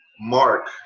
Mark